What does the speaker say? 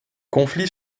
conflit